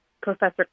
professor